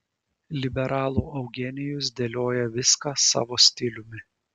liberalų eugenijus dėlioja viską savo stiliumi